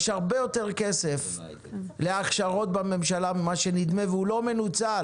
יש הרבה יותר כסף להכשרות בממשלה ממה שהוא נדמה והוא לא מנוצל.